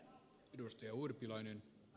arvoisa puhemies